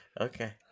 Okay